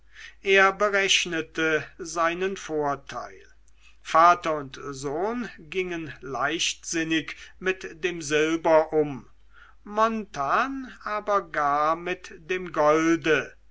er berechnete seinen vorteil vater und sohn gingen leichtsinnig mit dem silber um jarno aber gar mit dem golde